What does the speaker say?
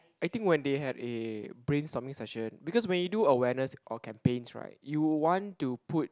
I think when they had a brain summit session because when you do awareness or campaigns right you want to put